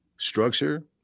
Structure